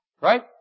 Right